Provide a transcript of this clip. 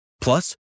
Plus